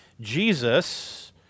Jesus